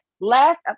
last